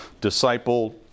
disciple